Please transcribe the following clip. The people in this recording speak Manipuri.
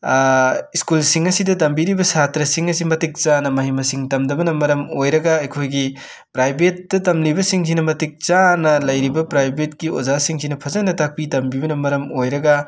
ꯁ꯭ꯀꯨꯜꯁꯤꯡ ꯑꯁꯤꯗ ꯇꯝꯕꯤꯔꯤꯕ ꯁꯥꯇ꯭ꯔꯁꯤꯡ ꯑꯁꯤ ꯃꯇꯤꯛ ꯆꯥꯅ ꯃꯍꯩ ꯃꯁꯤꯡ ꯇꯝꯗꯕꯅ ꯃꯔꯝ ꯑꯣꯏꯔꯒ ꯑꯩꯈꯣꯏꯒꯤ ꯄ꯭ꯔꯥꯏꯕꯦꯠꯇ ꯇꯝꯂꯤꯕꯁꯤꯡꯁꯤꯅ ꯃꯇꯤꯛ ꯆꯥꯅ ꯂꯩꯔꯤꯕ ꯄ꯭ꯔꯥꯏꯕꯦꯠꯀꯤ ꯑꯣꯖꯥꯁꯤꯡꯁꯤꯅ ꯐꯖꯅ ꯇꯥꯛꯄꯤ ꯇꯝꯕꯤꯕꯅ ꯃꯔꯝ ꯑꯣꯏꯔꯒ